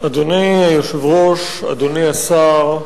אדוני היושב-ראש, אדוני השר,